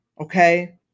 okay